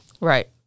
Right